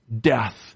death